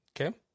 okay